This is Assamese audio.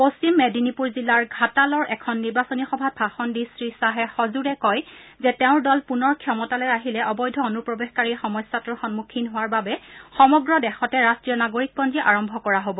পশ্চিম মেদিনীপুৰ জিলাৰ ঘাটালৰ এখন নিৰ্বাচনী সভাত ভাষণ দি শ্ৰীখাহে সজোৰে কয় যে তেওঁৰ দল পুনৰ ক্ষমতালৈ আহিলে অবৈধ অনুপ্ৰৱেশকাৰীৰ সমস্যাটোৰ সন্মুখীন হোৱাৰ বাবে সমগ্ৰ দেশতে ৰাষ্ট্ৰীয় নাগৰিকপঞ্জী আৰম্ভ কৰা হব